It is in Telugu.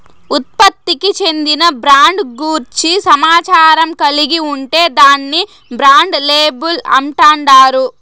ఉత్పత్తికి చెందిన బ్రాండ్ గూర్చి సమాచారం కలిగి ఉంటే దాన్ని బ్రాండ్ లేబుల్ అంటాండారు